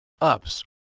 Ups